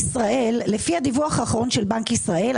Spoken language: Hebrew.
לפי הדיווח האחרון של בנק ישראל,